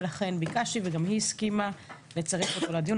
ולכן ביקשתי וגם היא הסכימה לצרף אותו לדיון,